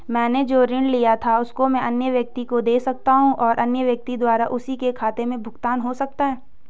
मैंने जो ऋण लिया था उसको मैं अन्य व्यक्ति को दें सकता हूँ और अन्य व्यक्ति द्वारा उसी के खाते से भुगतान हो सकता है?